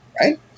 right